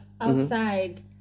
outside